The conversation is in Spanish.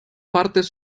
partes